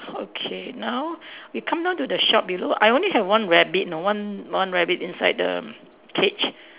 okay now we come down to the shop below I only have one rabbit know one one rabbit inside the cage